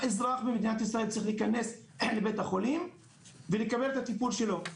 האזרח במדינת ישראל צריך להיכנס לבית החולים ולקבל את הטיפול שלנו.